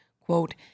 Quote